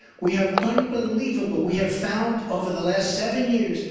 we have unbelievable, we have found over the last seven years,